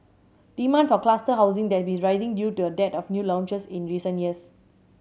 demand for cluster housing that been rising due to a dearth of new launches in recent years